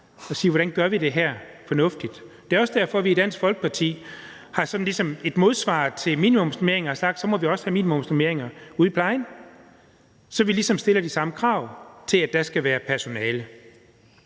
og sige: Hvordan gør vi det her fornuftigt? Det er også derfor, at vi i Dansk Folkeparti som et modsvar til minimumsnormeringer har sagt, at vi så også må have minimumsnormeringer ude i plejen, så vi ligesom stiller de samme krav til, at der skal være personale.